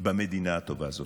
במדינה הטובה הזאת.